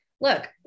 look